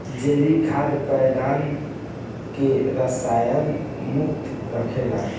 जैविक खाद पौधन के रसायन मुक्त रखेला